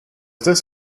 this